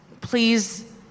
please